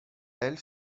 elle